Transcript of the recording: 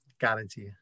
Guarantee